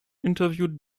interviewed